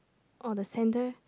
oh the centre